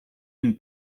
une